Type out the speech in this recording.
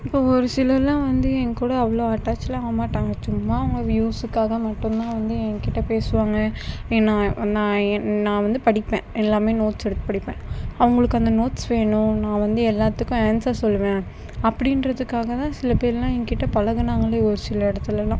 இப்போது ஒரு சிலரெலாம் வந்து என் கூட அவ்வளோ அட்டாச்செலாம் ஆகமாட்டாங்க சும்மா அவங்க யூஸுக்காக மட்டும்தான் வந்து என் கிட்ட பேசுவாங்க என்ன நான் வந்து படிப்பேன் எல்லாமே நோட்ஸ் எடுத்து படிப்பேன் அவங்களுக்கு அந்த நோட்ஸ் வேணும் நான் வந்து எல்லாத்துக்கும் ஆன்ஸர் சொல்லுவேன் அப்படின்றதுக்குக்காக தான் சில பேருலாம் என் கிட்ட பழகினாங்களே ஒரு சில இடத்துலலாம்